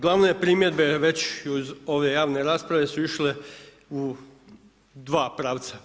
Glavne primjedbe već iz ove javne rasprave su išle u dva pravca.